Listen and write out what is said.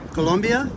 Colombia